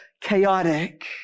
chaotic